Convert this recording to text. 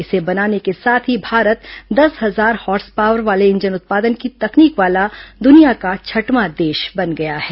इसे बनाने के साथ ही भारत दस हजार हॉर्स पावर वाले इंजन उत्पादन की तकनीक वाला दुनिया का छठवां देश बन गया है